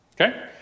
Okay